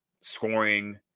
scoring